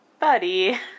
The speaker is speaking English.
Buddy